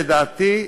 לדעתי,